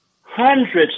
hundreds